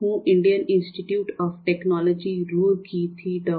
હું Indian Institute of Technology Roorkee થી ડો